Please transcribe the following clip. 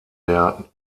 der